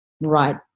right